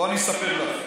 בואו אני אספר לכם.